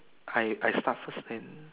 I I start first then